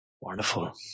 Wonderful